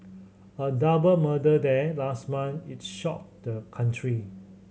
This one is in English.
a double murder there last month is shocked the country